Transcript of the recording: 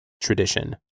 tradition